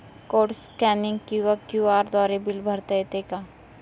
Code scanning किंवा QR द्वारे bill भरता येते का?